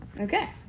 Okay